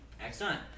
Excellent